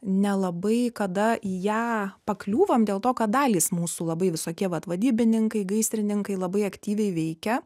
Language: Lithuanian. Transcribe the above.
nelabai kada į ją pakliūvam dėl to kad dalys mūsų labai visokie vat vadybininkai gaisrininkai labai aktyviai veikia